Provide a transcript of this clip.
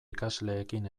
ikasleekin